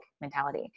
mentality